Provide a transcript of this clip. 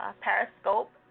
Periscope